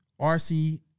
RC